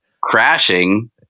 crashing